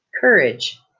courage